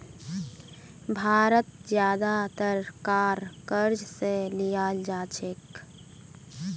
भारत ज्यादातर कार क़र्ज़ स लीयाल जा छेक